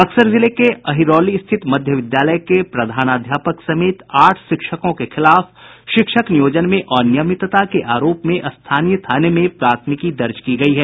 बक्सर जिले के अहिरौली स्थित मध्य विद्यालय के प्रधानाध्यापक समेत आठ शिक्षकों के खिलाफ शिक्षक नियोजन में अनियमितता के आरोप में स्थानीय थाने में प्राथमिकी दर्ज की गयी है